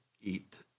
eat